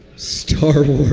starving